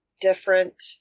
different